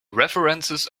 references